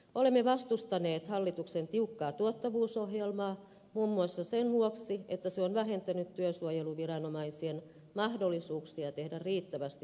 olemme vastustaneet hallituksen tiukkaa tuottavuusohjelmaa muun muassa sen vuoksi että se on vähentänyt työsuojeluviranomaisten mahdollisuuksia tehdä riittävästi työpaikkatarkastuksia